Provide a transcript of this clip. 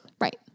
Right